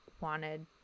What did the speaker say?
wanted